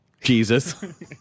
Jesus